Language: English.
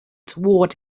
toward